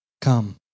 come